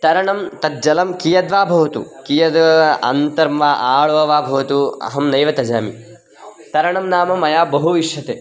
तरणं तद् जलं कियद्वा भवतु कियद् अन्तः मा आळ्वा वा भवतु अहं नैव त्यजामि तरणं नाम मया बहु इष्यते